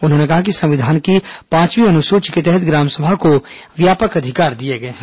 उन्होंने कहा कि संविधान की पांचवीं अनुसूची के तहत ग्रामसभा को व्यापक अधिकार दिए गए हैं